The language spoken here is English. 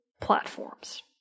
platforms